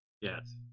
Yes